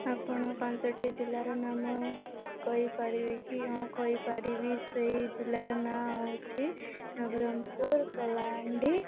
ଆପଣ ପାଞ୍ଚଟି ଜିଲ୍ଲାର ନାମ କହିପାରିବେ କି ହଁ କହିପାରିବି ସେଇ ଜିଲ୍ଲାର ନାଁ ହଉଛି ନବରଙ୍ଗପୁର କଳାହାଣ୍ଡି